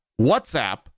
WhatsApp